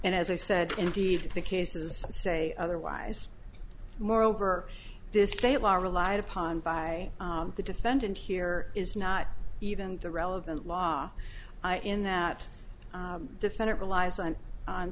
and as i said indeed the cases say otherwise moreover this state law relied upon by the defendant here is not even the relevant law in that defendant relies on